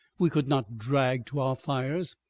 we could not drag to our fires,